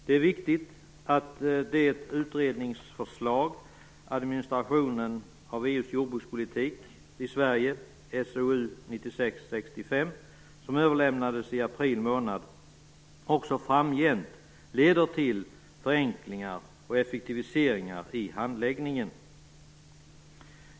Det är viktigt att det utredningsförslag gällande administrationen av EU:s jordbrukspolitik i Sverige i SOU 1996:65 som överlämnades i april också framgent leder till förenklingar och effektiviseringar i handläggningen.